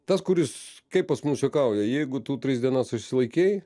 tas kuris kaip pas mus juokauja jeigu tu tris dienas išsilaikei